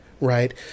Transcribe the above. right